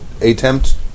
attempt